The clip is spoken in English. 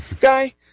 guy